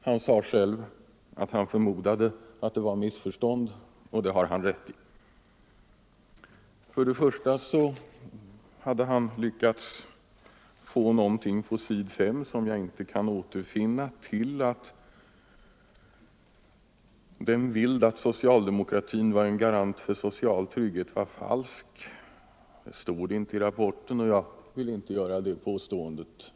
Han sade själv att han förmodade att det var missförstånd, och det har han rätt i För det första hade herr Nordberg lyckats tolka något på sidan 5 i rapporten, som jag inte kan återfinna, till att bilden av socialdemokratin såsom en garant för social trygghet var falsk. Det stod inte i rapporten, och jag vill inte komma med något sådant påstående.